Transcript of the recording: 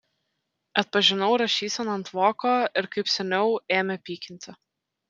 atpažinau rašyseną ant voko ir kaip seniau ėmė pykinti